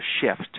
shift